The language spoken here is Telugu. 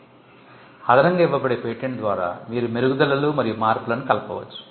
'అదనంగా ఇవ్వబడే పేటెంట్' ద్వారా మీరు మెరుగుదలలు మరియు మార్పులను కలపవచ్చు